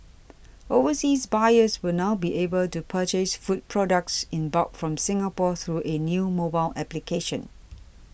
overseas buyers will now be able to purchase food products in bulk from Singapore through a new mobile application